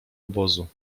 obozu